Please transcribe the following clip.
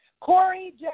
Corey